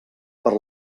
per